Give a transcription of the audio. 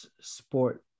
sport